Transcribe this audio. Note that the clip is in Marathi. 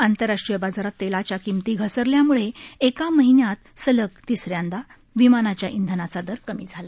आंतरराष्ट्रीय बाजारात तेलाच्या किमती घसरल्यामुळे एका महिन्यात सलग तिसऱ्यांदा विमानाच्या इंधनाचा दर कमी झाला